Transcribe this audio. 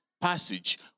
passage